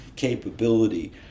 capability